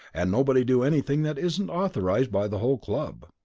and nobody do anything that isn't authorized by the whole club.